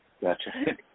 Gotcha